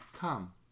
Come